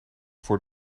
voor